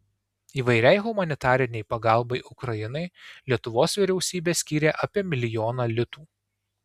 įvairiai humanitarinei pagalbai ukrainai lietuvos vyriausybė skyrė apie milijoną litų